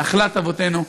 נחלת אבותינו,